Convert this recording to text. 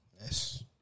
Yes